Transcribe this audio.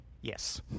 Yes